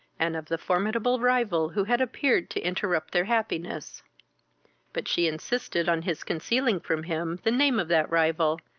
and of the formidable rival who had appeared to interrupt their happiness but she insisted on his concealing from him the name of that rival,